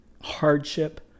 hardship